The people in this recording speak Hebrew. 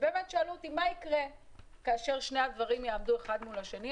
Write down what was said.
ושאלו אותי: מה יקרה כאשר שני הדברים יעמדו אחד מול השני.